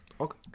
Okay